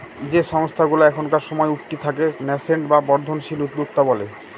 যে সংস্থাগুলা এখনকার সময় উঠতি তাকে ন্যাসেন্ট বা বর্ধনশীল উদ্যোক্তা বলে